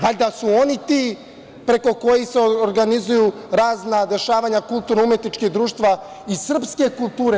Valjda su oni ti preko kojih se organizuju razna dešavanja kulturno-umetničkih društva iz srpske kulture.